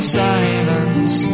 silence